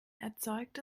erzeugt